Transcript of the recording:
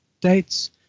dates